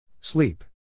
Sleep